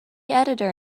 editor